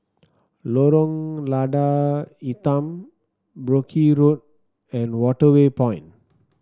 Lorong Lada Hitam Brooke Road and Waterway Point